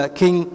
king